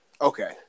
Okay